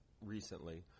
recently